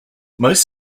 most